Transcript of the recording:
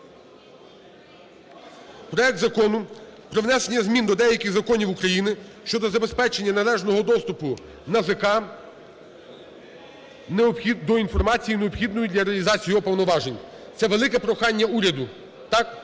проект Закону про внесення змін до деяких законів України щодо забезпечення належного доступу НАЗК, до інформації необхідної для реалізації його повноважень. Це велике прохання уряду,